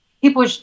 people